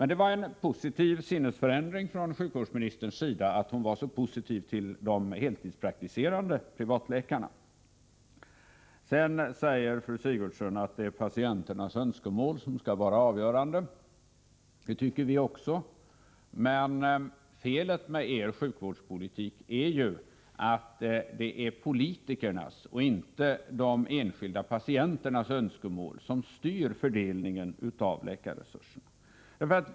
Det var en positiv sinnesförändring från sjukvårdsministerns sida att hon var så välvilligt inställd till de heltidspraktiserande privatläkarna. Fru Sigurdsen säger att det är patienternas önskemål som skall vara avgörande. Det tycker vi också. Men felet med er sjukvårdspolitik är att det är politikerna och inte de enskilda patienternas önskemål som styr fördelningen av läkarresurserna.